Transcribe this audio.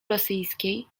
rosyjskiej